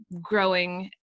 growing